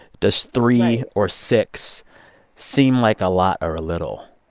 does three or six seem like a lot or a little?